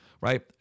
right